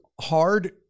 hard